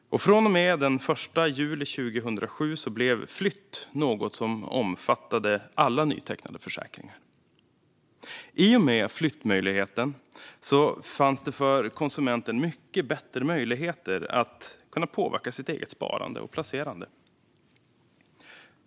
Från den l juli 2007 blev flytt en möjlighet i alla nytecknade försäkringar. I och med detta gavs konsumenten större möjlighet att påverka sitt eget sparande och placerande.